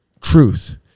truth